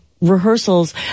rehearsals